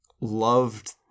loved